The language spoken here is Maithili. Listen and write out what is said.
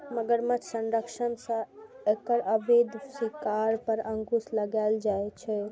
मगरमच्छ संरक्षणक सं एकर अवैध शिकार पर अंकुश लागलैए